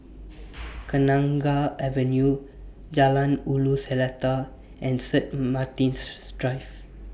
Kenanga Avenue Jalan Ulu Seletar and St Martin's Drive